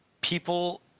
people